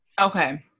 Okay